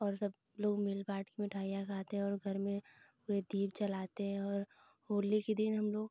और सबलोग मिल बाँटकर मिठाइयाँ खाते हैं और घर में पूरे दीप जलाते हैं और होली के दिन हमलोग